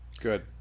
Good